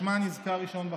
ששמה נזכר ראשון בחוק.